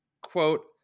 quote